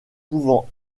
pouvant